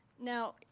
Now